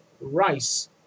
rice